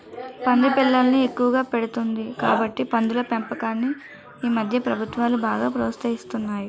పంది పిల్లల్ని ఎక్కువగా పెడుతుంది కాబట్టి పందుల పెంపకాన్ని ఈమధ్య ప్రభుత్వాలు బాగా ప్రోత్సహిస్తున్నాయి